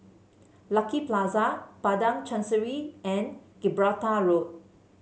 Lucky Plaza Padang Chancery and Gibraltar Road